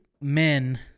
men